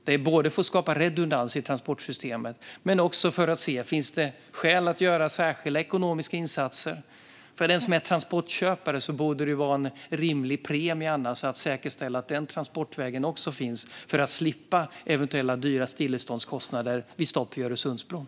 Detta görs för att skapa redundans i transportsystemet men också för att se om det finns skäl att göra särskilda ekonomiska insatser. För den som är transportköpare borde det vara en rimlig premie att säkerställa att även denna transportväg finns så att man slipper eventuella dyra stilleståndskostnader vid ett stopp på Öresundsbron.